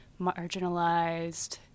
marginalized